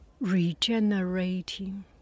regenerating